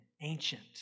ancient